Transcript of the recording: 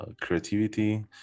creativity